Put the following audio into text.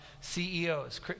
CEOs